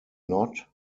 not